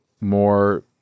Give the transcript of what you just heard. more